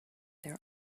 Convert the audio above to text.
their